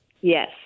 Yes